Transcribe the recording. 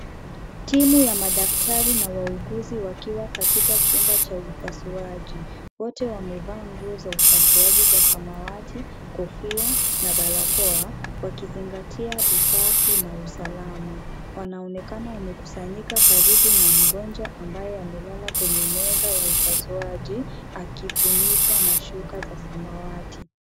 Timu ya madaktari na wauguzi wakiwa katika chumba upasuaji, wote wamevaa nguo za upasuji za samawati kofia na barakoa wakizingatia usafi na usalama, wanaonekana wamekusanyika karibu na mgonjwa ambaye amelala kwenye meza ya upasuaji akifunikwa na shuka za samawati.